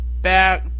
back